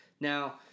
Now